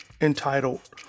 entitled